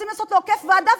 רוצים לעשות לו עוקף ועדה,